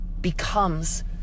becomes